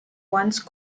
once